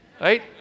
right